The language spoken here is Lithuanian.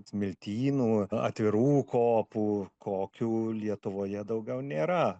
smiltynų atvirų kopų kokių lietuvoje daugiau nėra